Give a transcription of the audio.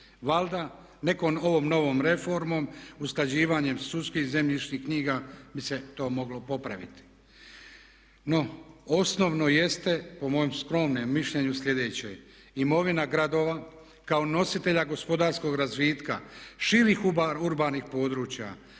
Valjda nekom ovom novom reformom, usklađivanjem sudskih zemljišnih knjiga bi se to moglo popraviti. No, osnovno jeste, po mom skromnom mišljenju, sljedeće, imovina gradova kao nositelja gospodarskog razvitka širih urbanih područja